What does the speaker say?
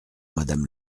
madame